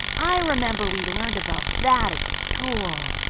i remember we learned about that in school.